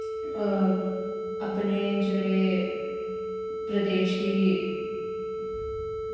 अपने जेह्ड़े प्रदेश दी